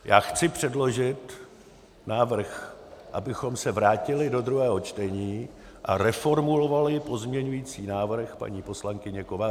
Já chci předložit návrh, abychom se vrátili do druhého čtení a reformulovali pozměňovací návrh paní poslankyně Kovářové.